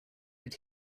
did